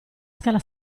scala